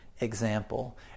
Example